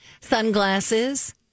Sunglasses